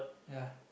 ya